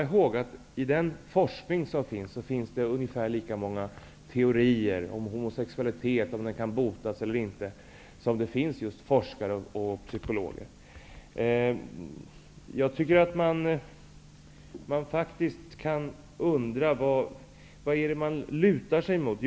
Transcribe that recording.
I forskningen finns det ungefär lika många teorier om homosexualitet och om huruvida denna kan botas eller inte som det finns just forskare och psykologer. Vad är det då man lutar sig mot?